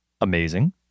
Amazing